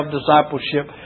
discipleship